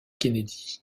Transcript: kennedy